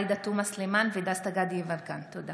עאידה תומא סלימאן ודסטה גדי יברקן בנושא: